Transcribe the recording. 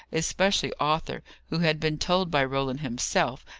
especially arthur, who had been told by roland himself,